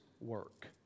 work